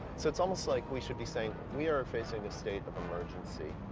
so it's almost like we should be saying, we are facing a state of emergency.